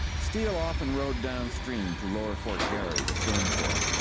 steele often rode downstream, to lower fort garry the stone fort.